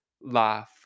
laugh